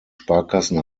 sparkassen